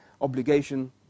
obligation